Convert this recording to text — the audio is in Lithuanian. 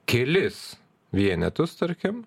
kelis vienetus tarkim